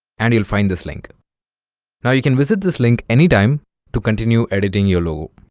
and you'll find this link now you can visit this link anytime to continue editing your logo